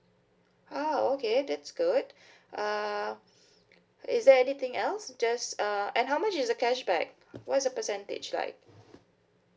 ah okay that's good uh is there anything else just uh and how much is the cashback what's the percentage like